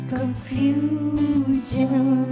Confusion